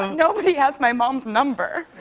nobody has my mom's number.